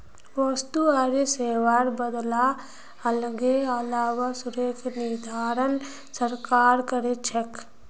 वस्तु आर सेवार बदला लगने वाला शुल्केर निर्धारण सरकार कर छेक